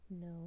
No